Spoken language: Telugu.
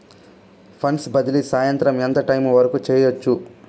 ఫండ్స్ బదిలీ సాయంత్రం ఎంత టైము వరకు చేయొచ్చు